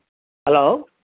hello